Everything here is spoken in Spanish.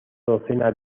docena